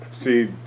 see